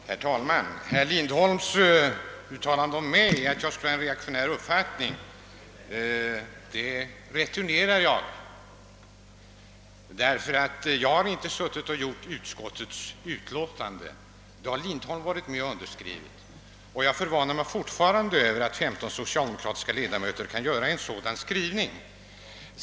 Herr talman! Herr Lindholms uttalande att jag skulle ha en »reaktionär» uppfattning returnerar jag. Jag har inte gjort utskottets utlåtande. Det har däremot herr Lindholm varit med om att skriva under. Jag förvånar mig fortfarande över att 15 socialdemokratiska ledamöter kan godta en sådan skrivning.